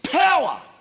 power